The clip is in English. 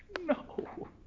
No